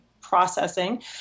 processing